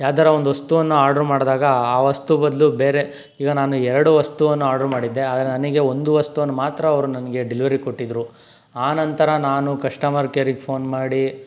ಯಾವ್ದಾರ ಒಂದು ವಸ್ತುವನ್ನು ಆರ್ಡ್ರ್ ಮಾಡಿದಾಗ ಆ ವಸ್ತು ಬದಲು ಬೇರೆ ಈಗ ನಾನು ಎರಡು ವಸ್ತುವನ್ನು ಆರ್ಡ್ರ್ ಮಾಡಿದ್ದೆ ಆದರೆ ನನಗೆ ಒಂದು ವಸ್ತುವನ್ನು ಮಾತ್ರ ಅವರು ನನಗೆ ಡೆಲಿವರಿ ಕೊಟ್ಟಿದ್ರು ಆ ನಂತರ ನಾನು ಕಶ್ಟಮರ್ ಕೇರಿಗೆ ಫ಼ೋನ್ ಮಾಡಿ